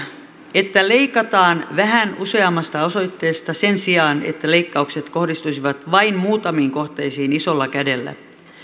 että leikataan vähän useammasta osoitteesta sen sijaan että leikkaukset kohdistuisivat vain muutamiin kohteisiin isolla kädellä